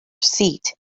seat